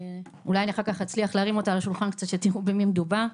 אולי אחר כך אני אצליח להרים אותה על השולחן קצת שתראו במי מדובר.